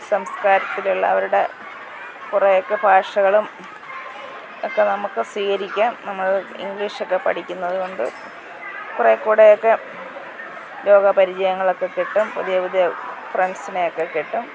സംസ്കാരിത്തിലുള്ളവരുടെ കുറേയൊക്കെ ഭാഷകളും ഒക്കെ നമുക്ക് സ്വകരിക്കാം നമ്മൾ ഇംഗ്ലീഷൊക്കെ പഠിക്കുന്നതു കൊണ്ട് കുറേക്കൂടിയൊക്കെ ലോക പരിചയങ്ങളൊക്കെ കിട്ടും പുതിയ പുതിയ ഫ്രണ്ട്സിനെയൊക്കെ കിട്ടും